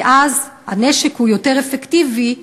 כי אז הנשק הוא יותר אפקטיבי,